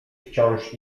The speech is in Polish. wciąż